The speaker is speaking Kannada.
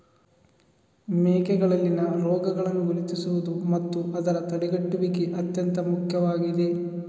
ಮೇಕೆಗಳಲ್ಲಿನ ರೋಗಗಳನ್ನು ಗುರುತಿಸುವುದು ಮತ್ತು ಅದರ ತಡೆಗಟ್ಟುವಿಕೆ ಅತ್ಯಂತ ಮುಖ್ಯವಾಗಿದೆ